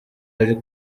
ari